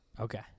Okay